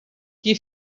qui